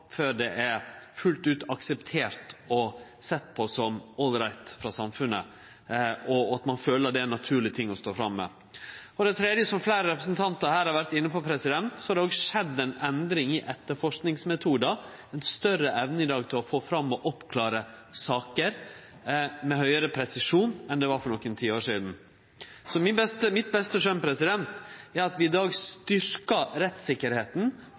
i samfunnet er fullt ut er akseptert og sett på som all right – og at ein føler det som naturleg – å stå fram. Som fleire representantar har vore inne på, har det skjedd ein endring i etterforskingsmetodar. Ein har i dag større evne til å oppklare saker – med større presisjon – enn for nokre tiår sidan. Etter mitt beste skjønn styrkjer vi rettssikkerheita for ei gruppe som med dagens foreldingsfrist ikkje har den rettssikkerheita dei har krav på og bør ha på grunn av at